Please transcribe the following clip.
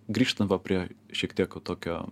grįžtam va prie šiek tiek va tokio